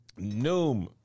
Noom